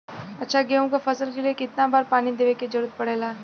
अच्छा गेहूँ क फसल के लिए कितना बार पानी देवे क जरूरत पड़ेला?